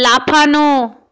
লাফানো